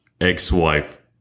ex-wife